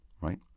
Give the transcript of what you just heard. right